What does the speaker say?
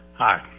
Hi